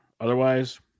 Otherwise